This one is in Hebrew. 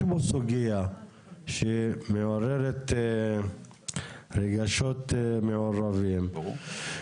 יש פה סוגיה שמעוררת רגשות מעורבים.